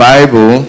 Bible